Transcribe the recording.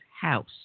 house